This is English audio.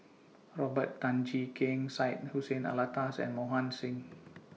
Robert Tan Jee Keng Syed Hussein Alatas and Mohan Singh